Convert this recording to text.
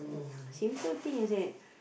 simple things that